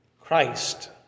Christ